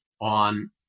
on